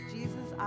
Jesus